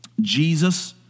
Jesus